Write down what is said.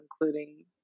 including